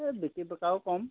এই বিক্ৰী বাৰ্তাও কম